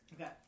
Okay